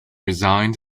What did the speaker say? resigned